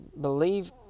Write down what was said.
believe